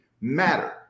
matter